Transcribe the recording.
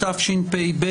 התשפ"ב